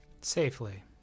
Safely